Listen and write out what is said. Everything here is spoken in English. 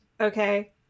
Okay